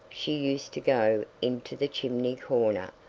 she used to go into the chimney-corner,